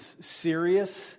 serious